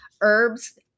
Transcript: herbs